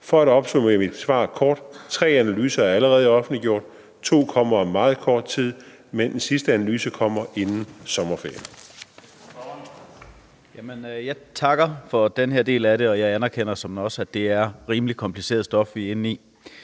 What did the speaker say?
kort at opsummere mit svar, er tre analyser allerede offentliggjort, to kommer om meget kort tid, mens den sidste analyse kommer inden sommerferien.